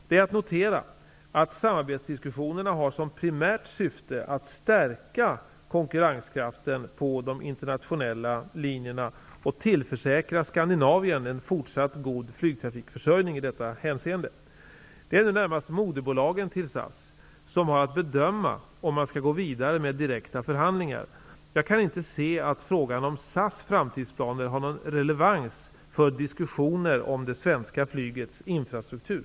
Det är att notera att samarbetsdiskussionerna har som primärt syfte att stärka konkurrenskraften på de internationella linjerna och tillförsäkra Skandinavien en fortsatt god flygtrafikförsörjning i detta hänseende. Det är nu närmast moderbolagen till SAS som har att bedöma om man skall gå vidare med direkta förhandlingar. Jag kan inte se att frågan om SAS framtidsplaner har någon relevans för diskussioner om det svenska flygets infrastruktur.